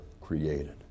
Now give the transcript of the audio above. created